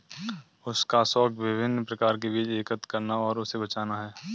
उसका शौक विभिन्न प्रकार के बीज एकत्र करना और उसे बचाना है